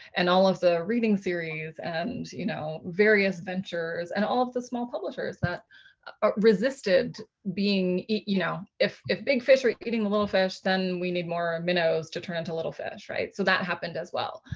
and all of the reading series and you know various ventures and all of the small publishers that ah resisted being. you know if if big fish were eating the little fish, then we need more minnows to turn into little fish. right? so that happened as well.